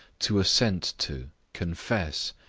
to assent to, confess,